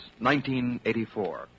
1984